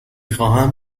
خواهم